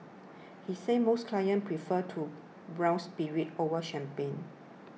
he says most clients prefer to brown spirits over champagne